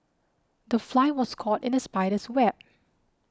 the fly was caught in the spider's web